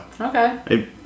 Okay